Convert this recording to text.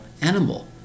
animal